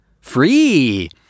free